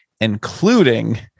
including